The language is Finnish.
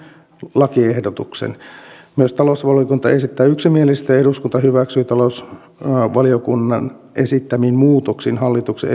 lakiehdotuksen talousvaliokunta myös esittää yksimielisesti että eduskunta hyväksyy talousvaliokunnan esittämin muutoksin hallituksen